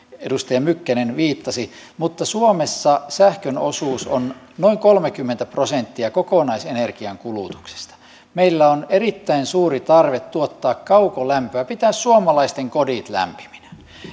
ministeri mykkänen viittasi mutta suomessa sähkön osuus on noin kolmekymmentä prosenttia kokonaisenergiankulutuksesta meillä on erittäin suuri tarve tuottaa kaukolämpöä pitää suomalaisten kodit lämpiminä